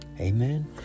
Amen